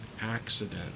accident